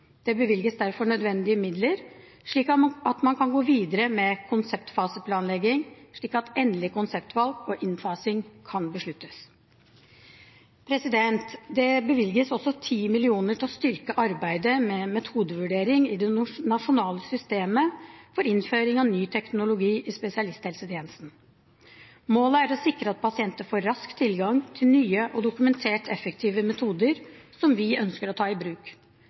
Det bevilges derfor nødvendige midler for at man skal kunne gå videre med konseptfaseplanlegging, slik at endelig konseptvalg og innfasing kan besluttes. Det bevilges også 10 mill. kr til å styrke arbeidet med metodevurdering i det nasjonale systemet for innføring av ny teknologi i spesialisthelsetjenesten. Målet er å sikre at pasienter får rask tilgang til nye og dokumentert effektive metoder som vi ønsker å ta i bruk.